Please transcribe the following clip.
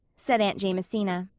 said aunt jamesina.